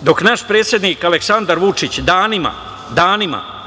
dok naš predsednik Aleksandar Vučić danima, danima